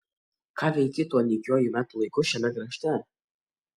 ką veiki tuo nykiuoju metų laiku šiame karšte